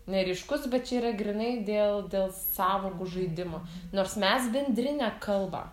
neryškus bet čia yra grynai dėl dėl sąvokų žaidimo nors mes bendrinę kalbą